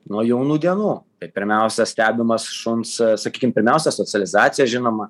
nuo jaunų dienų tai pirmiausia stebimas šuns sakykim pirmiausia socializacija žinoma